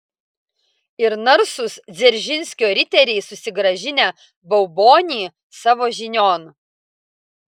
ir narsūs dzeržinskio riteriai susigrąžinę baubonį savo žinion